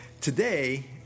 Today